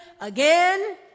again